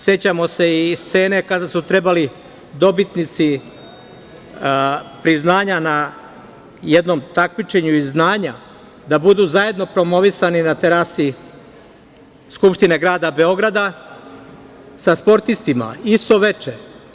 Sećamo se i scene kada su trebali dobitnici priznanja na jednom takmičenju iz znanja da budu zajedno promovisani na terasi Skupštine grada Beograda sa sportistima isto veče.